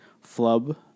flub